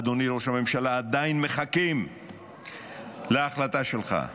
אדוני ראש הממשלה, עדיין מחכים להחלטה שלך.